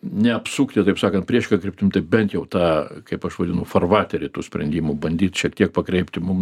neapsukti taip sakant priešinga kryptim tai bent jau tą kaip aš vadinu farvaterį tų sprendimų bandyt šiek tiek pakreipti mum